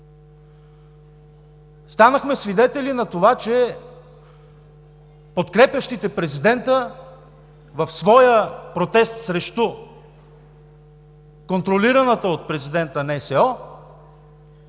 Станахме свидетели на това, че подкрепящите президента в своя протест срещу контролираната от президента НСО,